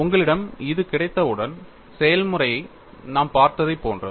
உங்களிடம் இது கிடைத்தவுடன் செயல்முறை நாம் பார்த்ததைப் போன்றது